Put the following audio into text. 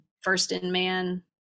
first-in-man